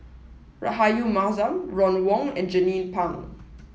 Rahayu Mahzam Ron Wong and Jernnine Pang